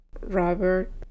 Robert